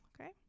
okay